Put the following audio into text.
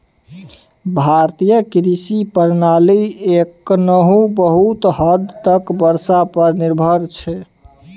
भारतीय कृषि प्रणाली एखनहुँ बहुत हद तक बर्षा पर निर्भर छै